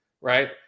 right